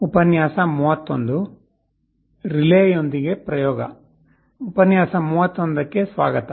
ಉಪನ್ಯಾಸ 31ಕ್ಕೆ ಸ್ವಾಗತ